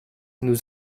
nous